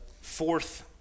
fourth